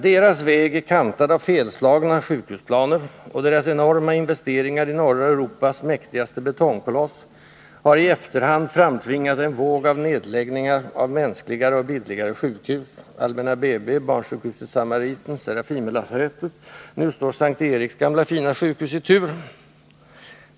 Deras väg är kantad av felslagna sjukhusplaner, och deras enorma investeringar i norra Europas mäktigate betongkoloss har i efterhand framtvingat en våg av nedläggningar av mänskligare och billigare sjukhus: Allmänna BB, barnsjukhuset Samariten, Serafimerlasarettet — nu står S:t Eriks gamla fina sjukhus i tur.